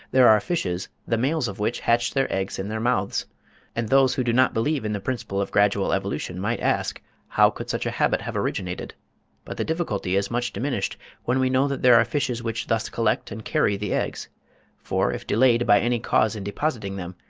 there are fishes, the males of which hatch their eggs in their mouths and those who do not believe in the principle of gradual evolution might ask how could such a habit have originated but the difficulty is much diminished when we know that there are fishes which thus collect and carry the eggs for if delayed by any cause in depositing them,